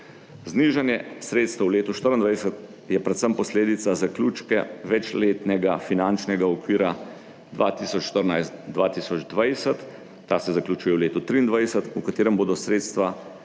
Znižanje sredstev v letu 2024 je predvsem posledica zaključka večletnega finančnega okvira 2014-2020, ta se zaključuje v letu 2023, v katerem bodo sredstva črpana